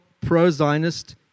pro-Zionist